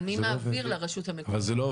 אבל מי מעביר לרשות המקומית?